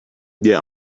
yeah